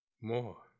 more